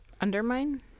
Undermine